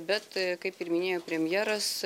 bet kaip ir minėjo premjeras